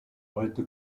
heute